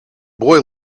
boy